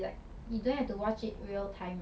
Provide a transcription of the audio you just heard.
um ya lah ya